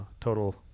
total